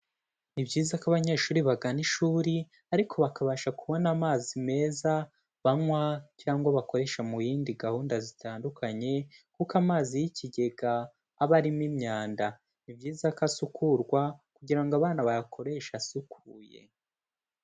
Ni byiza ko abanyeshuri bagana ishuri ariko bakabasha kubona amazi meza banywa cyangwa bakoresha mu yindi gahunda zitandukanye, kuko amazi y'ikigega aba arimo imyanda, ni byiza ko asukurwa kugira ngo abana bayakoreshe asukuye.